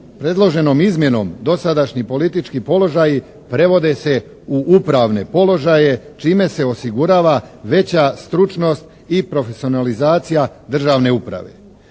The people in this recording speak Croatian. predloženom izmjenom dosadašnji politički položaji prevode se u upravne položaje čime se osigurava veća stručnost i profesionalizacija državne uprave.